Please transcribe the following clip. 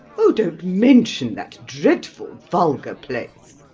oh, don't mention that dreadful vulgar place.